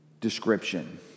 description